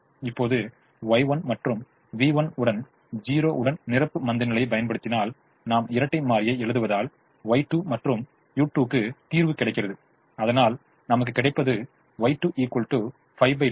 இப்போது Y1 மற்றும் v1 உடன் 0 உடன் நிரப்பு மந்தநிலையைப் பயன்படுத்தினால் நாம் இரட்டை மாறியை எழுதுவதால் Y2 மற்றும் u2 க்குத் தீர்வு கிடைக்கிறது அதனால் நமக்கு கிடைப்பது Y2 52 v2 32 ஆகும்